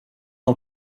old